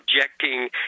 objecting